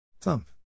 Thump